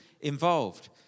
involved